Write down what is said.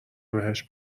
بهش